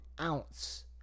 ounce